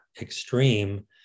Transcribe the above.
extreme